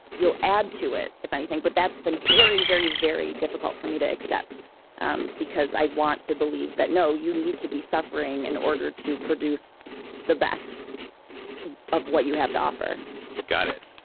you'll add to it, if anything. but that's been very, very, very difficult for me to accept um because i want to believe that, no, you need to be suffering in and order to produce the best of what you have to offer got it.